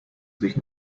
sich